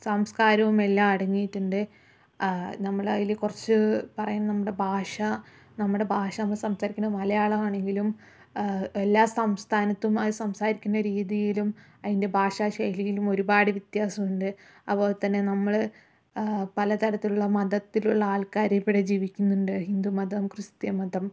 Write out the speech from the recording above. സംസ്കാരവും എല്ലാം അടങ്ങിയിട്ടുണ്ട് നമ്മളതില് കുറച്ച് പറയാൻ നമ്മുടെ ഭാഷ നമ്മുടെ ഭാഷ നമ്മൾ സംസാരിക്കണ് മലയാളമാണെങ്കിലും എല്ലാ സംസ്ഥാനത്തും അത് സംസാരിക്കുന്ന രീതിയിലും അതിൻ്റെ ഭാഷാ ശൈലിയിലും ഒരുപാട് വ്യത്യാസമുണ്ട് അതുപോലെ തന്നെ നമ്മൾ പല തരത്തിലുള്ള മതത്തിലുള്ള ആൾക്കാർ ഇവിടെ ജീവിക്കുന്നുണ്ട് ഹിന്ദു മതം ക്രിസ്ത്യൻ മതം